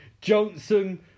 Johnson